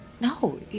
No